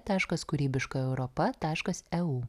taškas kūrybiška europa taškas eu